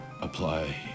apply